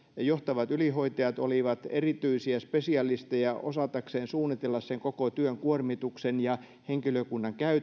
johtavat ylihoitajat olivat erityisiä spesialisteja jotka osasivat suunnitella sen koko työn kuormituksen ja henkilökunnan käytön